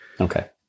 Okay